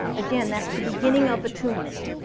again that's the beginning of atunement.